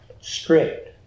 strict